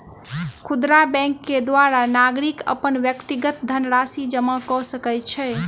खुदरा बैंक के द्वारा नागरिक अपन व्यक्तिगत धनराशि जमा कय सकै छै